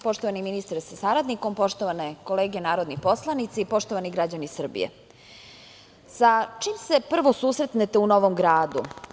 Poštovani ministre sa saradnikom, poštovane kolege narodni poslanici i poštovani građani Srbije, sa čim se prvo susretnete u novom gradu?